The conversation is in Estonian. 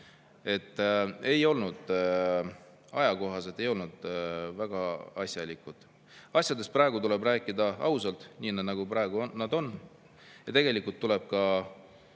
ei olnud ajakohased, ei olnud väga asjalikud. Asjadest tuleb praegu rääkida ausalt, nii nagu nad on. Ja tegelikult tuleb